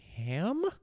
ham